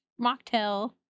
mocktail